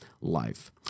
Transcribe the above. life